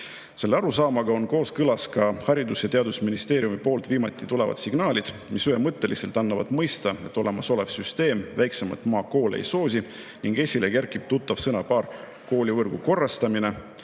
Selle arusaamaga on kooskõlas ka Haridus- ja Teadusministeeriumist viimasel ajal tulevad signaalid, mis ühemõtteliselt annavad mõista, et olemasolev süsteem väiksemaid maakoole ei soosi. Esile kerkib tuttav sõnapaar "koolivõrgu korrastamine",